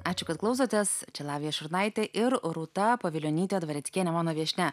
ačiū kad klausotės čia lavija šurnaitė ir rūta povilionytė dvareckienė mano viešnia